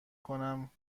کنم